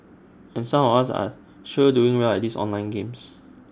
and some of us are sure doing well at these online games